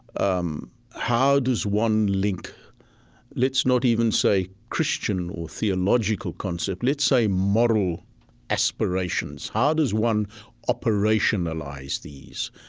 um how does one link let's not even say christian or theological concept, let's say moral aspirations. how does one operationalize these?